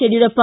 Yediyurappa